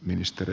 ministeri